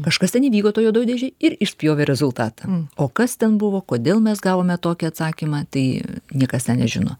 kažkas ten įvyko toj juodoj dėžėj ir išspjovė rezultatą o kas ten buvo kodėl mes gavome tokį atsakymą tai niekas ten nežino